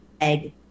egg